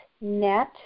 net